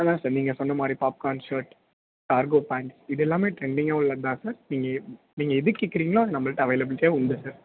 அதுதான் சார் நீங்கள் சொன்ன மாதிரி பாப்கார்ன் ஷர்ட் கார்கோ பேண்ட் இது எல்லாமே ட்ரெண்டிங்காக உள்ளது தான் சார் நீங்கள் நீங்கள் எது கேட்கறீங்களோ நம்பள்கிட்ட அவைலபிலிட்டியாக உண்டு